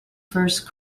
first